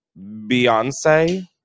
Beyonce